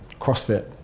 CrossFit